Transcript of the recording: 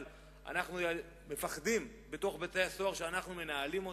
אבל אנחנו מפחדים בתוך בתי-הסוהר שאנחנו מנהלים אותם,